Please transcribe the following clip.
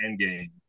Endgame